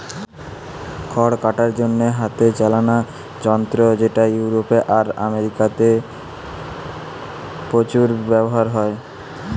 খড় কাটার জন্যে হাতে চালানা যন্ত্র যেটা ইউরোপে আর আমেরিকাতে প্রচুর ব্যাভার হয়